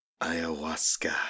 Ayahuasca